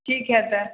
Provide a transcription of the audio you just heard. ठीक हइ तऽ